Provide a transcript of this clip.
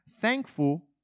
thankful